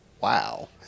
Wow